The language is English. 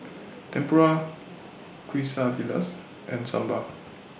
Tempura Quesadillas and Sambar